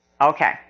Okay